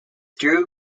drew